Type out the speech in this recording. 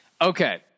Okay